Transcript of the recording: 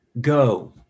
Go